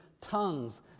tongues